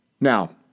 Now